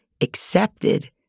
accepted